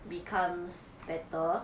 becomes better